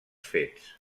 fets